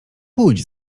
pójdź